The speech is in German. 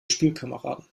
spielkameraden